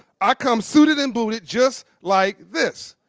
i come suited and booted, just like this.